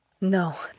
No